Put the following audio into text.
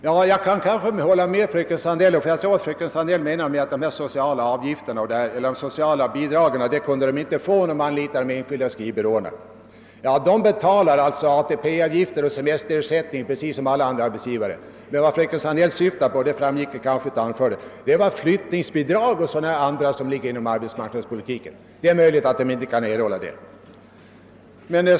som genom : skrivbyrå ställdes till förfogande: inte: kunde få sociala bidrag. Nu betalar ju skrivbyråerna ATP-avgifter och semesterersättning precis som alla andra arbetsgivare, men vad fröken Sandell syftade på var väl flyttningsbidrag och sådana bidrag som utgår inom ramen för . arbetsmarknadspolitiken. Det är möjligt att sådan personal som det här gäller inte kan erhålla bidrag av detta:slag.